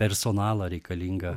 personalą reikalingą